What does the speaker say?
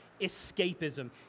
escapism